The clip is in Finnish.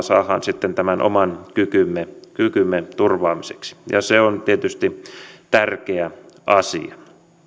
saadaan kokemuksia tämän oman kykymme kykymme turvaamiseksi ja se on tietysti tärkeä asia